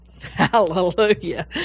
Hallelujah